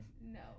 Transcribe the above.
No